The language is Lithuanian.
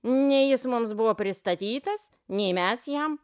ne jis mums buvo pristatytas nei mes jam